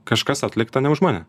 kažkas atlikta ne už mane